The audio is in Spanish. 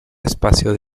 espacio